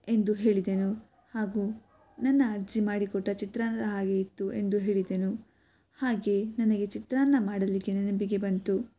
ಎಂದು ಹೇಳಿದೆನು ಹಾಗೂ ನನ್ನ ಅಜ್ಜಿ ಮಾಡಿಕೊಟ್ಟ ಚಿತ್ರಾನ್ನದ ಹಾಗೆ ಇತ್ತು ಎಂದು ಹೇಳಿದೆನು ಹಾಗೆ ನನಗೆ ಚಿತ್ರಾನ್ನ ಮಾಡಲಿಕ್ಕೆ ನೆನಪಿಗೆ ಬಂತು